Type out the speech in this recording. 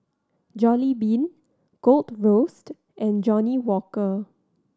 Jollibean Gold Roast and Johnnie Walker